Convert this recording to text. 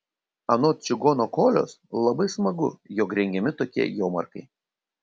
anot čigono kolios labai smagu jog rengiami tokie jomarkai